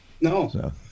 no